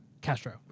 Castro